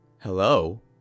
Hello